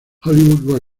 hollywood